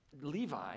Levi